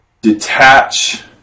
detach